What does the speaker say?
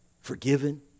forgiven